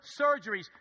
surgeries